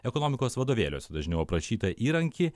ekonomikos vadovėliuose dažniau aprašytą įrankį